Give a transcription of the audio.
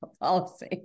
policy